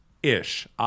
Ish